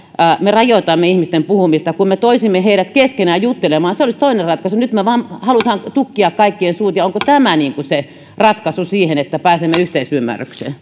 me rajoitamme ihmisten puhumista sen sijaan että me toisimme heidät keskenään juttelemaan se olisi toinen ratkaisu nyt me vain haluamme tukkia kaikkien suut onko tämä ratkaisu siihen että pääsemme yhteisymmärrykseen